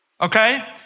Okay